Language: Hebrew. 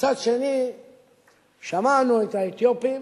ומצד שני שמענו את האתיופים,